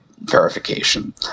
verification